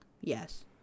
Yes